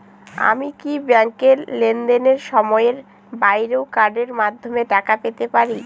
আমি কি ব্যাংকের লেনদেনের সময়ের বাইরেও কার্ডের মাধ্যমে টাকা পেতে পারি?